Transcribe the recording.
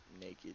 naked